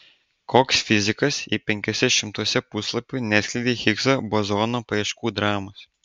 koks fizikas jei penkiuose šimtuose puslapių neatskleidei higso bozono paieškų dramos